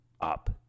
up